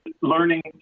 learning